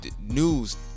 News